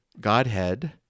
Godhead